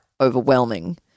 overwhelming